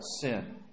sin